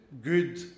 good